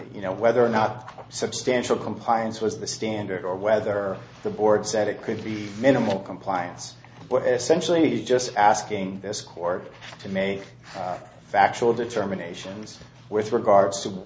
you know whether or not substantial compliance was the stand or whether the board said it could be minimal compliance sensually just asking this court to make a factual determination with regards to